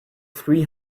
three